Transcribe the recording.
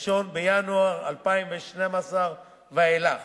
1 בינואר 2012 ואילך.